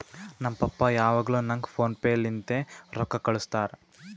ನಮ್ ಪಪ್ಪಾ ಯಾವಾಗ್ನು ನಂಗ್ ಫೋನ್ ಪೇ ಲಿಂತೆ ರೊಕ್ಕಾ ಕಳ್ಸುತ್ತಾರ್